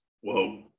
whoa